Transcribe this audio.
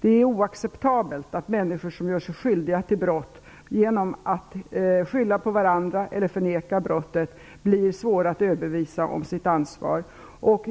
Det är oacceptabelt att människor som gör sig skyldiga till brott blir svåra att överbevisa om sitt ansvar genom att de skyller på varandra eller förnekar brottet.